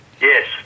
Yes